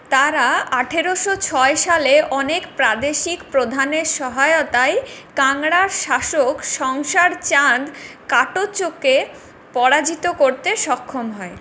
তাঁরা আঠারো ছয় সালে অনেক প্রাদেশিক প্রধানের সহায়তায় কাংড়ার শাসক সংসার চাঁদ কাটোচকে পরাজিত করতে সক্ষম হয়